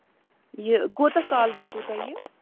یہِ کوتاہ کال ووتوٕ تۄہہِ یہِ